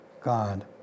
God